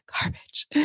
garbage